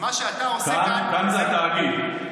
כאן זה התאגיד.